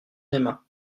aima